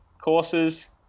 courses